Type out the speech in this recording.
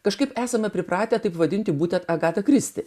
kažkaip esame pripratę taip vadinti būtent agata kristi